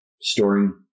storing